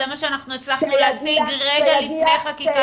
זה מה שאנחנו הצלחנו להשיג רגע לפני חקיקת החוק.